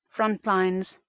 Frontlines